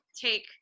take